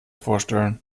vorstellen